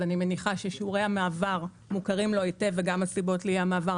אז אני מניחה ששיעורי המעבר מוכרים לו היטב וגם הסיבות לאי המעבר.